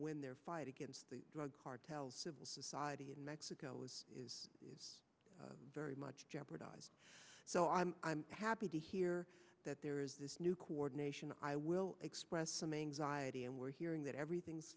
win their fight against the drug cartels civil society in mexico is very much jeopardized so i'm i'm happy to hear that there is this new coordination i will express some anxiety and we're hearing that everything's